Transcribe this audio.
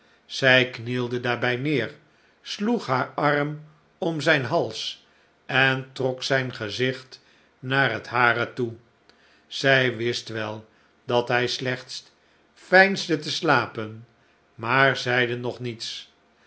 zij knielde daarbij neer sloeg haar arm om zijn hals en trok zijn gezicht naar het hare toe zij wist wel dat hij slechts veinsde te slapen maar zeide nog niets